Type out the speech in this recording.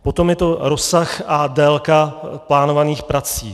Potom je to rozsah a délka plánovaných prací.